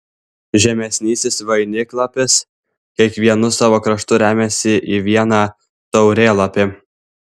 žemesnysis vainiklapis kiekvienu savo kraštu remiasi į vieną taurėlapį